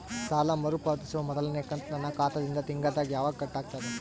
ಸಾಲಾ ಮರು ಪಾವತಿಸುವ ಮೊದಲನೇ ಕಂತ ನನ್ನ ಖಾತಾ ದಿಂದ ತಿಂಗಳದಾಗ ಯವಾಗ ಕಟ್ ಆಗತದ?